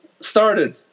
started